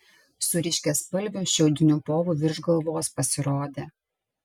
su ryškiaspalviu šiaudiniu povu virš galvos pasirodė